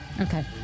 Okay